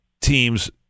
teams